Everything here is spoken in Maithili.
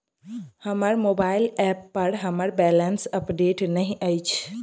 हमर मोबाइल ऐप पर हमर बैलेंस अपडेट नहि अछि